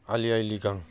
आलि आइ लिगां